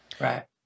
Right